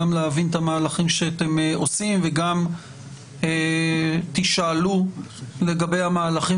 כדי להבין את המהלכים שאתם עושים וגם כדי לשמוע על מהלכים